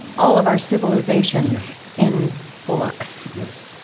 all of our civilizations in flux yes